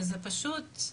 וזה פשוט,